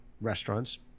restaurants